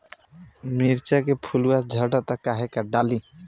मिरचा के फुलवा झड़ता काहे का डाली?